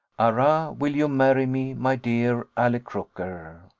arrah, will you marry me, my dear ally croker?